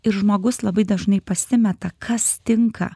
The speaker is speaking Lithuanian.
ir žmogus labai dažnai pasimeta kas tinka